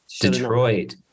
Detroit